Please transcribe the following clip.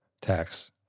tax